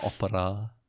opera